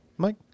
Mike